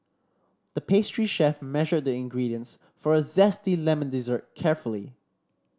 the pastry chef measured the ingredients for a zesty lemon dessert carefully